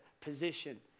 position